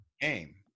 game